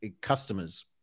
customers